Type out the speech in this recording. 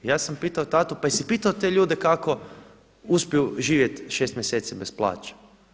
I ja sam pitao tatu pa jesi li pitao te ljude kako uspiju živjeti 6 mjeseci bez plaće.